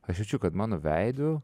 aš jaučiu kad mano veidu